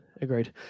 Agreed